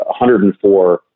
104